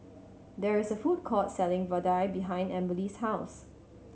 there is a food court selling vadai behind Amberly's house